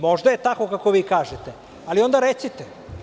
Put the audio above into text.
Možda je tako kako vi kažete, ali onda recite.